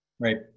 Right